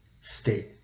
state